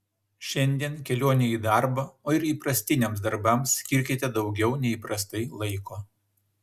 šiandien kelionei į darbą o ir įprastiniams darbams skirkite daugiau nei įprastai laiko